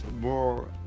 more